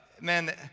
man